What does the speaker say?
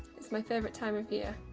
it's my favourite time of year.